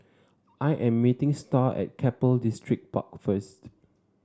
I am meeting Starr at Keppel Distripark first